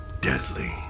deadly